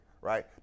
right